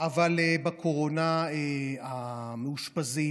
אבל בקורונה המאושפזים,